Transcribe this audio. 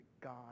God